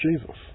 Jesus